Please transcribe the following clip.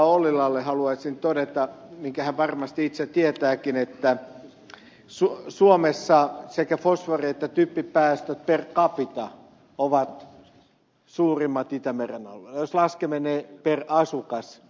ollilalle haluaisin todeta minkä hän varmasti itse tietääkin että suomessa sekä fosfori että typpipäästöt per capita ovat suurimmat itämeren alueella jos laskemme ne per asukas